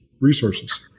resources